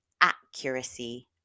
accuracy